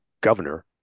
governor